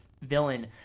villain